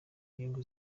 nyungu